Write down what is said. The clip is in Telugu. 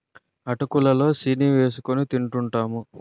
అటుకులు లో సీని ఏసుకొని తింటూంటాము